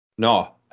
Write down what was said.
No